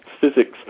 Physics